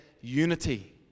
unity